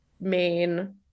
main